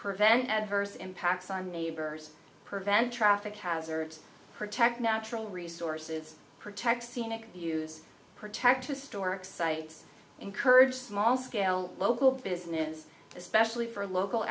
prevent adverse impacts on neighbors prevent traffic hazards protect natural resources protect scenic views protect historic sites encourage small scale local business especially for local